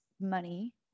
money